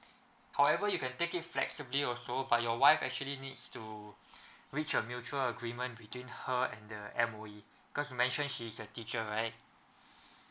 however you can take it flexibly also but your wife actually needs to reach a mutual agreement between her and the M_O_E cause you mention she's a teacher right